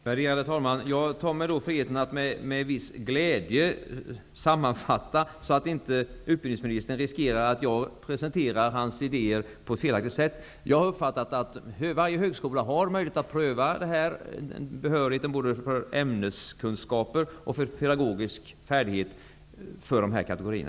Värderade talman! Jag tar mig friheten att, med viss glädje, göra en sammanfattning så att utbildningsministern inte riskerar att jag presenterar hans idéer på ett felaktigt sätt. Jag har uppfattat att varje högskola har möjlighet att pröva behörigheten för både ämneskunskaper och för pedagogisk färdighet beträffande nämnda kategorier.